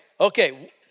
okay